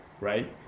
Right